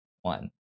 one